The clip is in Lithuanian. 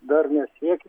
dar nesiek